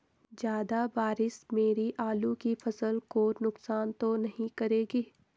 ज़्यादा बारिश मेरी आलू की फसल को नुकसान तो नहीं करेगी?